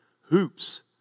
hoops